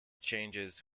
changes